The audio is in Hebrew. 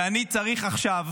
ואני צריך עכשיו